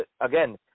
again